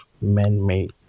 man-made